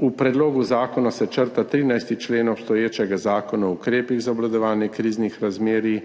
V predlogu zakona se črta 13. člen obstoječega Zakona o ukrepih za obvladovanje kriznih razmerij,